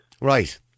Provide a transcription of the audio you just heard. Right